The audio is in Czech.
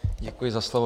Děkuji za slovo.